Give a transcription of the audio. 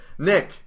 Nick